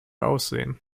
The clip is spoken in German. aussehen